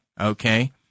Okay